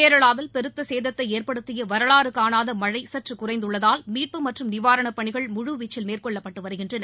கேரளாவில் பெருத்த சேதத்தை ஏற்படுத்திய வரவாறு காணாத மழை சற்று குறைந்துள்ளதால் மீட்பு மற்றும் நிவாரணப் பணிகள் முழு வீச்சில் மேற்கொள்ளப்பட்டு வருகின்றன